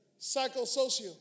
Psychosocial